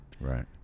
right